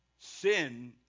sin